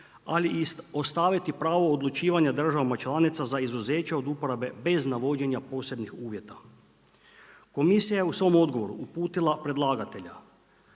ali i ostaviti pravo odlučivanja državama članica za izuzeće od uporabe bez navođenja posebnih uvjeta. Komisija je u svom odgovoru uputila predlagatelja